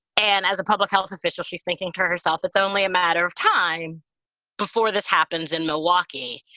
and as a public health official, she's thinking to herself it's only a matter of time before this happens in milwaukee.